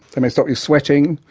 they may stop you sweating.